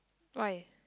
why